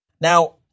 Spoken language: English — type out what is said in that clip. Now